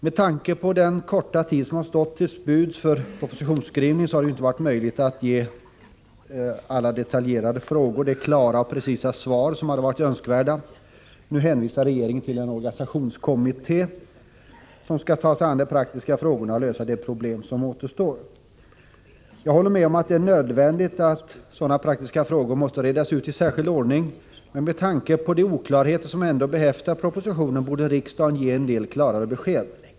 Med tanke på den korta tid som har stått till buds för propositionsskrivningen har det inte varit möjligt att ge alla detaljerade frågor de klara och precisa svar som hade varit önskvärda. Nu hänvisar regeringen till en organisationskommitté som skall ta sig an de praktiska frågorna och lösa de problem som återstår. Jag håller med om att det är nödvändigt att sådana praktiska frågor måste redas ut i särskild ordning, men med tanke på de oklarheter som ändå behäftar propositionen borde riksdagen ge en del klarare besked.